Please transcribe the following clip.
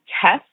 test